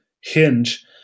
hinge